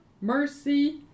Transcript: mercy